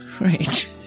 right